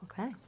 Okay